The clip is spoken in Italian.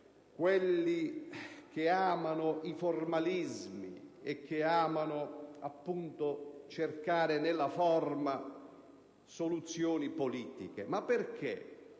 quelli che amano i formalismi e cercano nella forma soluzioni politiche, ma perché